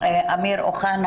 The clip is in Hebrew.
אמיר אוחנה,